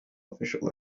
official